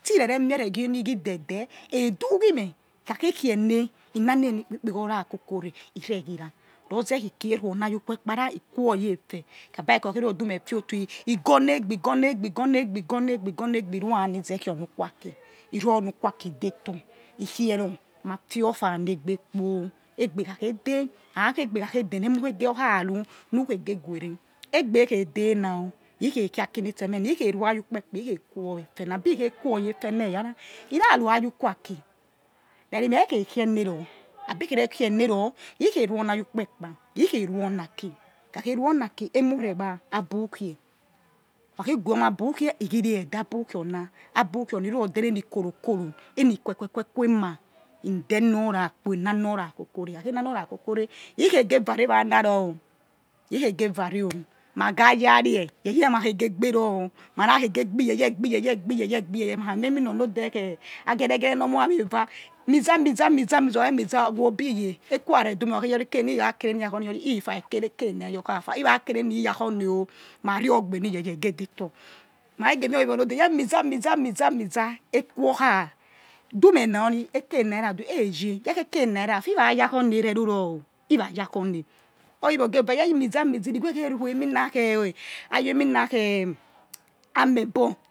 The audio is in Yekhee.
Tse re re mie re gie eni ghi doh deh heh do ghi meh he kha khe khiene ina eni ne eni kpi peghor ra koko re ire ghi ra rawze khi kie rue oni ayukpekpa ra he quoyefe bike okhakhe ruroh di meh fio otor he gonia egbe gonia egbe he ru ha ni za khie onu ue aki he runu quie aki detor he khie raw ma fi o fa negbekpo egbethakhede ha khi egbekhi akhe de ha ste mu yor kha ru nu geh guere egbe khe deh na o he khekhia aki nitse meh neh he khe rukpekpa ruwe efe na eyara he ra ru hayio ukwui aki rari meh khe khie neh ror ikhei ru oni ayukpekpa he khei ru ayu khwi aki he meh khe khe raw abi kherekhiene ror ikhei ruo ona jukpekpa hie khe ru ona you kpaki ikha kha khe guome abukhi abukhi ona abu khi ona he ru ruror denni eni koro koro eni queque queque enma he denor ra he na na ra kokore ikhake na nor ra kokore ikhegherare ana row or ma ga ya re ikhe geve re yeye ma ga ya re ikhegeva re yeye ma khe ge gbe ror ma khe geh gbe yeya gbe yeye yeye ma kha mie emi na or nor de khei aghiereghire nor mu hawe eva miza miza miza wo o bi ye eke urare dumeh wo bi ge he ra kere meh ya kho neh wori ifa eke ra ekena riyor khafa irakereni yakhone o ma rio gbe ni yeye he geh detor ma kha khe ge meh owowe onode ye muza muza muza eku your kha di meh na eke na riradue ye khe ekena rirafa irayakho ne rire ruror irayakhoneh owowe or geh var irighor ekhe rue emi nakhe attack eminakhe amebo.